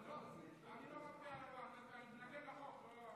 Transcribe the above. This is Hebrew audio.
לא, אני לא מצביע אני מתנגד לחוק.